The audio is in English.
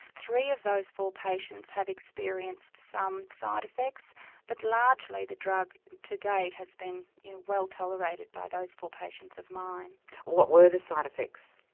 three of those four patients have experienced some side effects but largely the drug to date has been well tolerated by those four patients of mine what were the side effects?